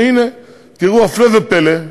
והנה, תראו, הפלא ופלא,